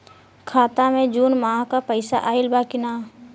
खाता मे जून माह क पैसा आईल बा की ना?